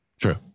True